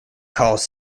calls